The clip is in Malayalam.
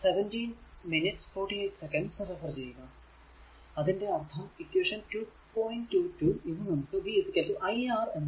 22 ഇത് നമുക്ക് v i R എന്നു എഴുതാം